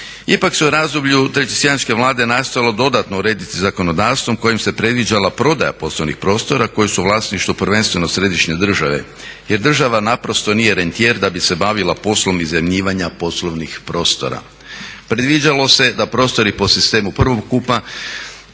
Ipak se u razdoblju …/Govornik se ne razumije./… nastojalo dodatno urediti zakonodavstvom kojim se predviđala prodaja poslovnih prostora koji su u vlasništvu prvenstveno središnje države jer država naprosto nije rentijer da bi se bavila poslom iznajmljivanja poslovnih prostora. Predviđalo se da prostori po sistemu prvokupa